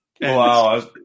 Wow